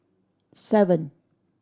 seven